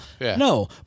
No